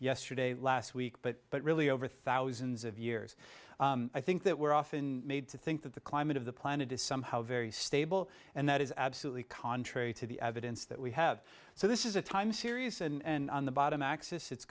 yesterday last week but but really over thousands of years i think that we're often made to think that the climate of the planet is somehow very stable and that is absolutely contrary to the evidence that we have so this is a time series and on the bottom axis it's